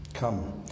Come